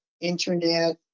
internet